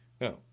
now